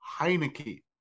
Heineke